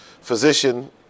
physician